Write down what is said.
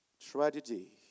Tragedy